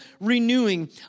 renewing